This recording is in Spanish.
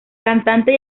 cantante